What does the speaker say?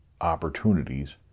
opportunities